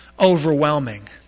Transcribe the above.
overwhelming